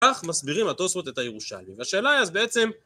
כך מסבירים התוספות את הירושלמי, והשאלה היא אז בעצם